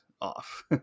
off